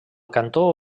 cantó